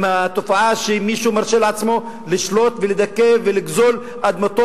עם התופעה שמישהו מרשה לעצמו לשלוט ולדכא ולגזול אדמות,